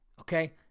okay